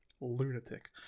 lunatic